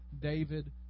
David